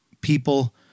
people